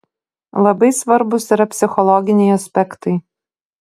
labai svarbūs yra psichologiniai aspektai